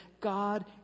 God